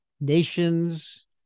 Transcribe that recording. nations